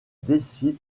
décide